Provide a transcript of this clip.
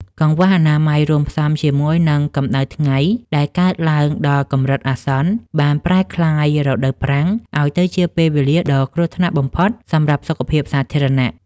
កង្វះអនាម័យរួមផ្សំជាមួយនឹងកម្ដៅថ្ងៃដែលកើនឡើងដល់កម្រិតអាសន្ន បានប្រែក្លាយរដូវប្រាំងឱ្យទៅជាពេលវេលាដ៏គ្រោះថ្នាក់បំផុតសម្រាប់សុខភាពសាធារណៈ។